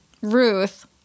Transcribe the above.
Ruth